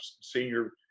senior